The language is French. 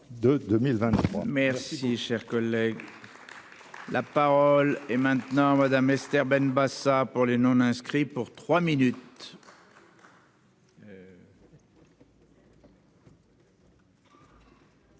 Merci, cher collègue. La parole est maintenant Madame Esther Benbassa pour les non inscrits pour 3 minutes.